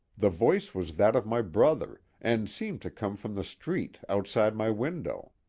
the voice was that of my brother and seemed to come from the street outside my window.